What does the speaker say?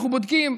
אנחנו בודקים,